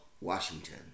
Washington